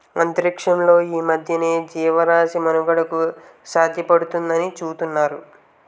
అంతరిక్షంలో ఈ మధ్యన జీవరాశి మనుగడకు సాధ్యపడుతుందాని చూతున్నారు